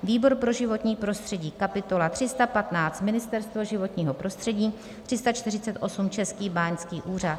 výbor pro životní prostředí: kapitola 315 Ministerstvo životního prostředí, 348 Český báňský úřad,